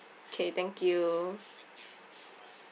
okay thank you